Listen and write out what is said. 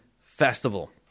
festival